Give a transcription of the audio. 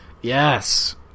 Yes